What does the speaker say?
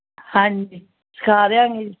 ਹਾਂਜੀ ਸਾਰਿਆਂ ਨੇ ਜੀ